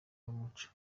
n’umuco